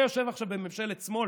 אתה יושב עכשיו בממשלת שמאל,